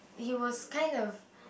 he was kind of